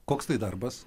koks tai darbas